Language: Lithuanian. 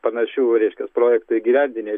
panašių reiškias projektų įgyvendinę